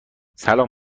سلام